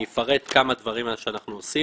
אני אפרט כמה דברים שאנחנו עושים.